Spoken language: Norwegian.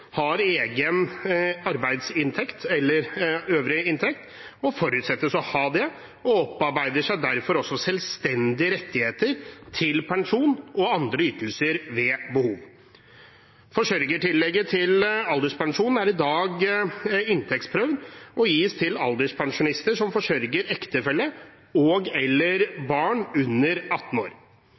har egen arbeidsinntekt eller øvrig inntekt og forutsettes å ha det. De opparbeider seg derfor selvstendige rettigheter til pensjon og andre ytelser ved behov. Forsørgingstillegget til alderspensjonen er i dag inntektsprøvd og gis til alderspensjonister som forsørger ektefelle og/eller barn under 18 år.